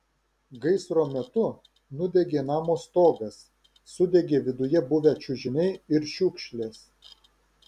gaisro metu nudegė namo stogas sudegė viduje buvę čiužiniai ir šiukšlės